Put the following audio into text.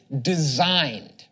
designed